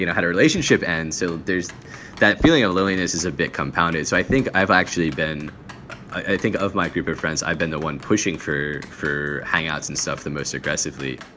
you know had a relationship. and so there's that feeling of loneliness is a bit compounded. so i think i've actually been i think of my group of friends. friends. i've been the one pushing for for hangouts and stuff the most aggressively